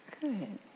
Good